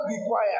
required